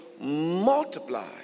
multiply